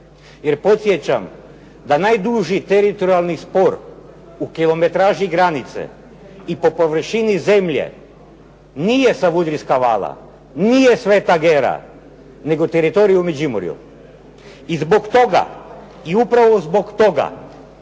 Jer podsjećam da najduži teritorijalni spor u kilometraži granice i po površini zemlje nije Savudrijska vala, nije Sveta Gera, nego teritorij u Međimurju. I zbog toga i upravo zbog toga